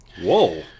Whoa